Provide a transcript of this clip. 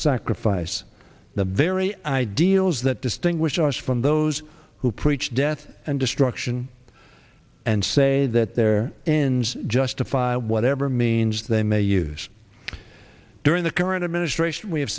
sacrifice the very ideals that distinguishes us from those who preach death and destruction and say that their ends justify whatever means they may use during the current administration we